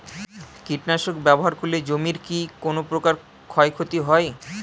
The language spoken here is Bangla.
কীটনাশক ব্যাবহার করলে জমির কী কোন প্রকার ক্ষয় ক্ষতি হয়?